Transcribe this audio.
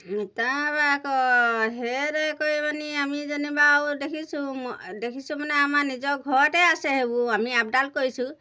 তাৰপৰা আকৌ সেইদৰে কৰি পানি আমি যেনিবা আৰু দেখিছোঁ দেখিছোঁ মানে আমাৰ নিজৰ ঘৰতে আছে সেইবোৰ আমি আপডাল কৰিছোঁ